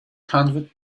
hundred